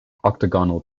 octagonal